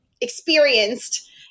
experienced